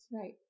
Right